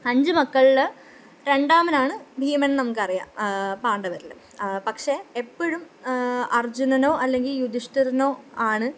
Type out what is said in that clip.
അഞ്ച് മക്കളിൽ രണ്ടാമനാണ് ഭീമന് എന്ന് നമുക്കറിയാം പാണ്ഡവരില് പക്ഷെ എപ്പഴും അര്ജുനനോ അല്ലെങ്കില് യുധിഷ്ഠിരനോ ആണ്